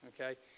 Okay